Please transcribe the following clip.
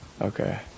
Okay